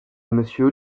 monsieur